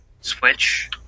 Switch